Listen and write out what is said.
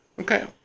Okay